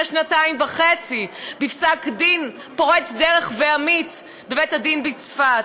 שנתיים וחצי בפסק-דין פורץ דרך ואמיץ בבית-הדין בצפת.